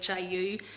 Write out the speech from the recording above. HIU